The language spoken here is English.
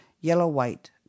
yellow-white